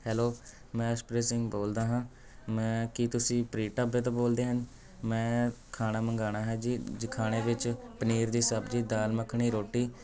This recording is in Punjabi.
ਹੈਲੋ ਮੈਂ ਹਰਸ਼ਪ੍ਰੀਤ ਸਿੰਘ ਬੋਲਦਾ ਹਾਂ ਮੈਂ ਕੀ ਤੁਸੀਂ ਪ੍ਰੀਤ ਢਾਬੇ ਤੋਂ ਬੋਲਦੇ ਹਨ ਮੈਂ ਖਾਣਾ ਮੰਗਾਉਣਾ ਹੈ ਜੀ ਜੀ ਖਾਣੇ ਵਿੱਚ ਪਨੀਰ ਦੀ ਸਬਜ਼ੀ ਦਾਲ ਮੱਖਣੀ ਰੋਟੀ